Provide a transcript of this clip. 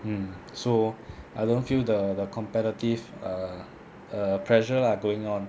mm so I don't feel the the competitive err err pressure lah going on